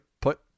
put